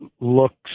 looks